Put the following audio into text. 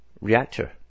reactor